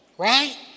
Right